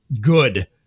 good